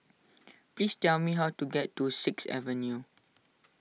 please tell me how to get to Sixth Avenue